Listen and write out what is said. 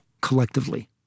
collectively